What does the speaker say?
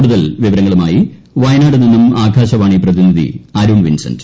കൂടുതൽ വിവരങ്ങളുമായി വയനാടു നിന്നും ആകാശവാണി പ്രതിനിധി അരുൺ വിൻസന്റ്